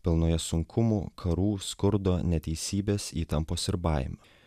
pilnoje sunkumų karų skurdo neteisybės įtampos ir baimių